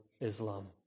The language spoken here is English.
Islam